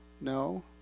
No